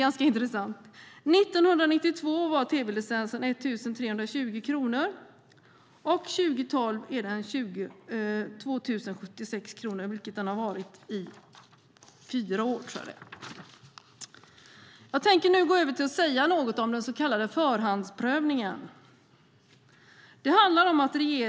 År 1992 var tv-licensen 1 320 kronor, och 2012 är den 2 076 kronor, vilket den har varit i fyra år. Jag ska nu gå över till att säga något om den så kallade förhandsprövningen.